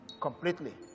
completely